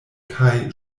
kaj